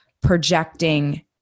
projecting